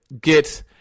get